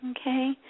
Okay